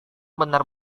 benar